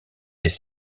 des